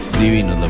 divino